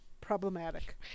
problematic